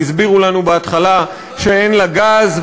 שהסבירו לנו בהתחלה שאין לה גז,